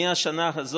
מהשנים ההן,